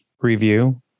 review